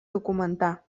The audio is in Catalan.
documentar